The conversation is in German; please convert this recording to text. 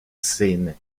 szene